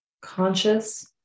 conscious